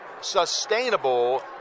sustainable